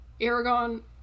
Aragon